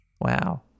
Wow